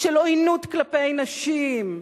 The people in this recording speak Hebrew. של עוינות כלפי נשים,